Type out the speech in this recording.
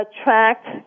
attract